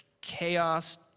chaos